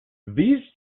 these